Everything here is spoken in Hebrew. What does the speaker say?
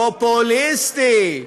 פופוליסטי.